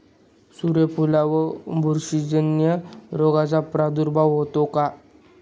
सूर्यफुलावर बुरशीजन्य रोगाचा प्रादुर्भाव होतो का?